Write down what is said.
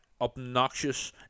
obnoxious